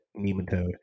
nematode